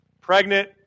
pregnant